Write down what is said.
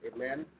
Amen